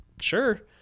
sure